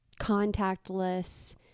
contactless